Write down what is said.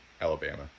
Alabama